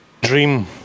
dream